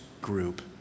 group